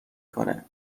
کنه